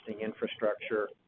infrastructure